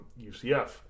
UCF